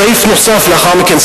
בסעיף נוסף לאחר מכן,